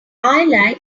like